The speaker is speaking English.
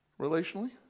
relationally